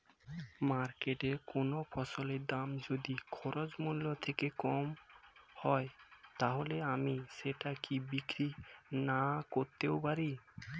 মার্কেটৈ কোন ফসলের দাম যদি খরচ মূল্য থেকে কম হয় তাহলে আমি সেটা কি বিক্রি নাকরতেও পারি?